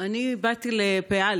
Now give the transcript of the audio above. אני באתי לפ"א,